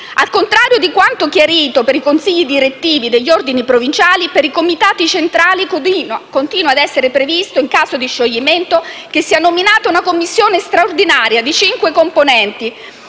Al contrario di quanto chiarito per i consigli direttivi degli ordini provinciali, per i comitati centrali continua ad essere previsto, in caso di scioglimento, che sia nominata una commissione straordinaria di cinque componenti,